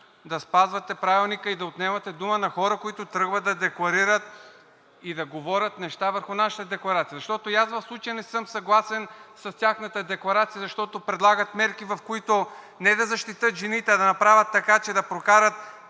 да спазвате Правилника и да отнемате думата на хора, които тръгват да декларират и да говорят неща върху нашата декларация. Защото и аз в случая не съм съгласен с тяхната декларация, защото предлагат мерки, в които не да защитят жените, а да направят така, че да прокарат